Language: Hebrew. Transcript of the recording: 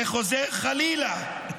וחוזר חלילה.